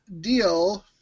deal